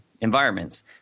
environments